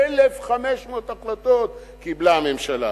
1,500 החלטות קיבלה הממשלה,